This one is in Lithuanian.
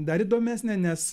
dar įdomesnė nes